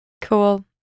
cool